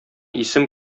исем